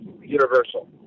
universal